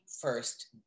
first